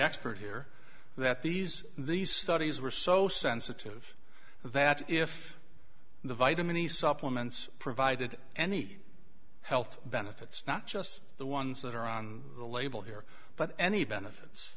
expert here that these these studies were so sensitive that if the vitamin e supplements provided any health benefits not just the ones that are on the label here but any benefits